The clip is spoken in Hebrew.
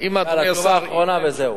אם השר, תשובה אחרונה וזהו.